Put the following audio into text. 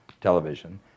television